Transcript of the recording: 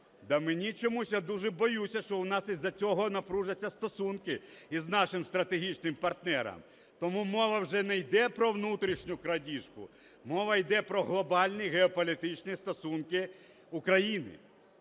мені, чомусь я дуже боюсь, що у нас із-за цього напружаться стосунки із нашим стратегічним партнером, тому мова вже не йде про внутрішню крадіжку, мова йде про глобальний геополітичні стосунки України.